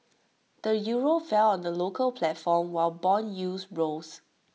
the euro fell on the local platform while Bond yields rose